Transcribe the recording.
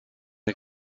the